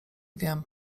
wiem